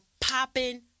popping